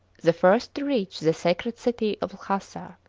the first to reach the sacred city of lhasa.